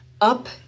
up